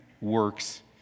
works